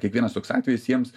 kiekvienas toks atvejis jiems